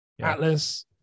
atlas